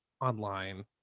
online